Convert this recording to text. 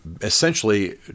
essentially